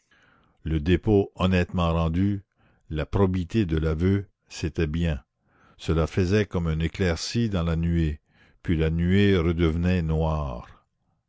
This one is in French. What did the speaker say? le dépôt honnêtement rendu la probité de l'aveu c'était bien cela faisait comme une éclaircie dans la nuée puis la nuée redevenait noire